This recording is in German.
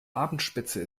abendspitze